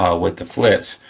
ah with the flitz,